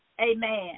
Amen